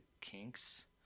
kinks